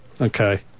okay